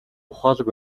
ухаалаг